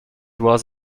was